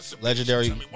Legendary